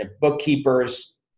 bookkeepers